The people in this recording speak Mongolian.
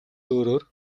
өөрөөр